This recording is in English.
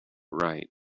right